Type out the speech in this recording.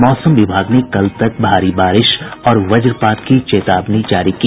मौसम विभाग ने कल तक भारी बारिश और वज्रपात की चेतावनी जारी की